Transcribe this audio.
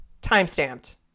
Time-stamped